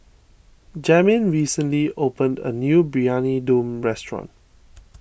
Jamin recently opened a new Briyani Dum restaurant